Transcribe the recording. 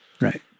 right